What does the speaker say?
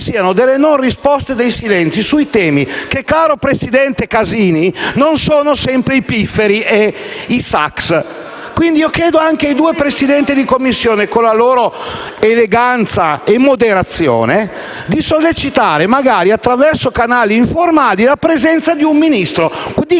siano delle non risposte e dei silenzi su temi che, presidente Casini, non riguardano sempre i pifferi e i sax. Quindi chiedo anche ai due Presidenti di Commissione, con la loro eleganza e moderazione, di sollecitare, magari attraverso canali informali, la presenza di un Ministro,